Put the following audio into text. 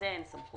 לזה אין סמכות.